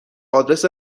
آدرس